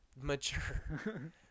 mature